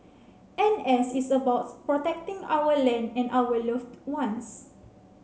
N S is about protecting our land and our loved ones